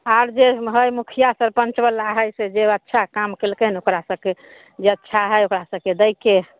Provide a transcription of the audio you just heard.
आर जे हइ मुखिआ सरपञ्चवला हइ से जे अच्छा काम कयलकै हन ओकरा सबके जे अच्छा हइ ओकरा सबके दैके हइ